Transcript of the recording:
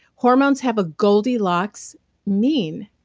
hormones have a goldilocks mean.